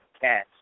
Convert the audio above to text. Cash